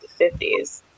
50s